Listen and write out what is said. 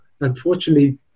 unfortunately